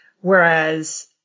whereas